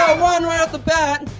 one right off the bat!